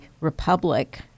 Republic